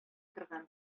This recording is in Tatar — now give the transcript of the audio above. торган